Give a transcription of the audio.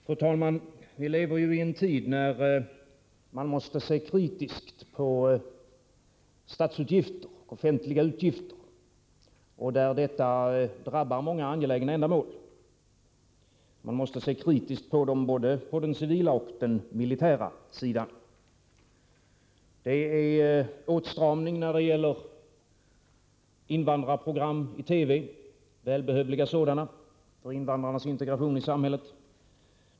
Fru talman! Vi lever ju i en tid när man måste se kritiskt på offentliga utgifter. Denna inställning drabbar också många angelägna ändamål. Man måste se kritiskt på utgifterna både på den civila och på den militära sidan. Åtstramningen drabbar invandrarprogram i TV, välbehövliga för invandrarnas integration i samhället.